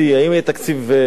האם יהיה תקציב דו-שנתי,